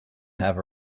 have